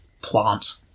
plant